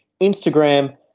Instagram